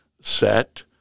Set